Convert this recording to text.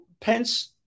Pence